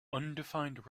undefined